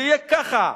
זה יהיה ככה,